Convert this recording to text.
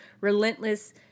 relentless